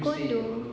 condo